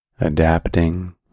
adapting